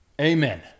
amen